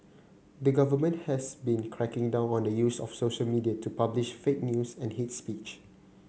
the government has been cracking down on the use of social media to publish fake news and hate speech